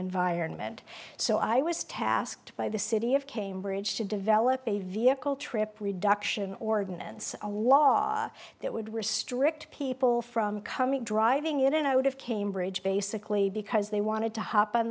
environment so i was tasked by the city of cambridge to develop a vehicle trip reduction ordinance a law that would restrict people from coming driving in and out of cambridge basically because they wanted to hop on